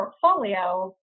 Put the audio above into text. portfolio